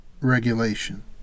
regulation